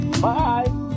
Bye